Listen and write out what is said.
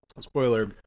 spoiler